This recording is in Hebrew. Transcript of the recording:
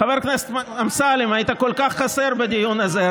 חבר הכנסת אמסלם, היית כל כך חסר בדיון הזה.